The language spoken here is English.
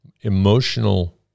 emotional